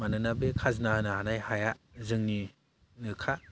मानोना बे खाजोना होनो हानाय हाया जोंनिनोखा